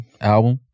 album